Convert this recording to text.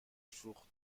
فروخت